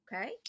Okay